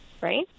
right